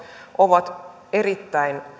ovat erittäin